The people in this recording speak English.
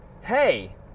Hey